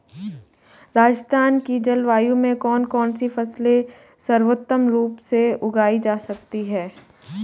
राजस्थान की जलवायु में कौन कौनसी फसलें सर्वोत्तम रूप से उगाई जा सकती हैं?